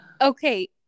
Okay